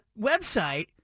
website